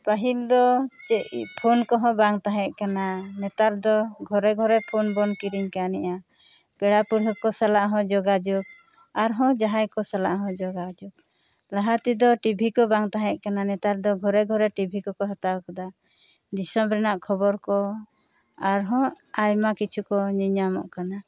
ᱯᱟᱹᱦᱤᱞ ᱫᱚ ᱪᱮᱫ ᱯᱷᱳᱱ ᱠᱚᱦᱚᱸ ᱵᱟᱝ ᱛᱟᱦᱮᱸ ᱠᱟᱱᱟ ᱱᱮᱛᱟᱨ ᱫᱚ ᱜᱷᱚᱨᱮ ᱜᱷᱚᱨᱮ ᱯᱷᱳᱱ ᱵᱚᱱ ᱠᱤᱨᱤᱧ ᱠᱟᱣᱱᱤᱜᱼᱟ ᱯᱮᱲᱟ ᱯᱟᱹᱦᱲᱟᱹ ᱥᱟᱞᱟᱜ ᱦᱚᱸ ᱡᱚᱜᱟᱡᱚᱜᱽ ᱟᱨ ᱦᱚᱸ ᱡᱟᱦᱟᱸᱭ ᱠᱚ ᱥᱟᱞᱟᱜ ᱦᱚᱸ ᱡᱚᱜᱟᱡᱚᱜᱽ ᱞᱟᱦᱟ ᱛᱮ ᱫᱚ ᱴᱤᱵᱷᱤ ᱠᱚ ᱦᱚᱸ ᱵᱟᱝ ᱛᱟᱦᱮᱸ ᱠᱟᱱᱟ ᱱᱮᱛᱟᱨ ᱫᱚ ᱜᱷᱚᱨᱮ ᱜᱷᱚᱨ ᱴᱤᱵᱷᱤ ᱠᱚᱠᱚ ᱦᱟᱛᱟᱣ ᱠᱮᱫᱟ ᱫᱤᱥᱚᱢ ᱨᱮᱱᱟᱜ ᱠᱷᱚᱵᱚᱨ ᱠᱚ ᱟᱨ ᱦᱚᱸ ᱟᱭᱢᱟ ᱠᱤᱪᱷᱩ ᱠᱚ ᱧᱮᱧᱟᱢᱚᱜ ᱠᱟᱱᱟ